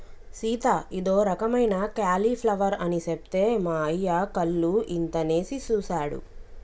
సీత ఇదో రకమైన క్యాలీఫ్లవర్ అని సెప్తే మా అయ్య కళ్ళు ఇంతనేసి సుసాడు